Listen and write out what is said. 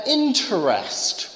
interest